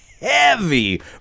heavy